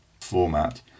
format